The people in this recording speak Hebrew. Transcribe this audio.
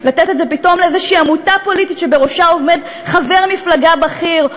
לתת את זה פתאום לאיזו עמותה פוליטית שבראשה עומד חבר מפלגה בכיר,